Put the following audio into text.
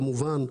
כמובן,